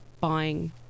buying